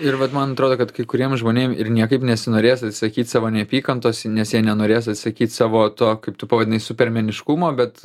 ir vat man atrodo kad kai kuriem žmonėm ir niekaip nesinorės atsisakyt savo neapykantos nes jie nenorės atsisakyt savo to kaip tu pavadinai supermeniškumo bet